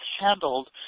handled